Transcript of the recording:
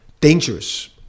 dangerous